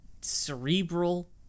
cerebral